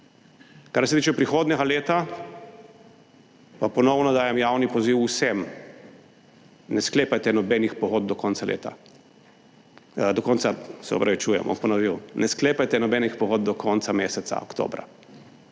Kar se tiče prihodnjega leta, pa ponovno dajem javni poziv vsem: ne sklepajte nobenih pogodb do konca leta,